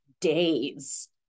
days